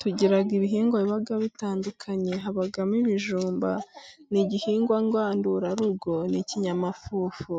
Tugira ibihingwa biba bitandukanye; habamo ibijumba, ni igihingwa ngandurarugo, ni ikinyamafufu,